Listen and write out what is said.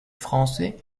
français